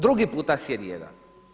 Drugi puta sjedi jedan.